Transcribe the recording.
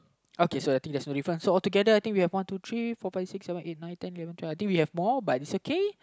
okay so I think that's the really fun so altogether I think we have one two three four five six seven eight nine ten eleven twelve I think we have more but it's okay